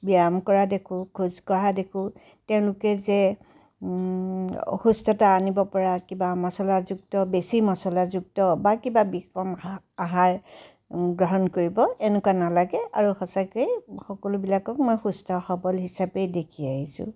ব্যায়াম কৰা দেখোঁ খোজকঢ়া দেখোঁ তেওঁলোকে যে অসুস্থতা আনিব পৰা কিবা মছলাযুক্ত বেছি মছলাযুক্ত বা কিবা বিষম আহাৰ গ্ৰহণ কৰিব এনেকুৱা নালাগে আৰু সঁচাকৈয়ে সকলোবিলাকক মই সুস্থ সবল হিচাপেই দেখি আহিছোঁ